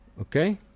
Okay